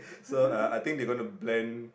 so I I think they going to blend